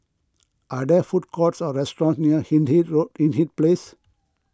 are there food courts or restaurants near Hindhede Road Hindhede Place